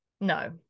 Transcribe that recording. no